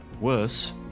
Worse